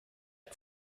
die